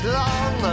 long